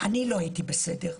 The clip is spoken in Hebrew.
אני לא הייתי בסדר,